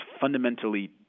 fundamentally